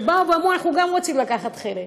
שבאו ואמרו: גם אנחנו רוצים לקחת חלק.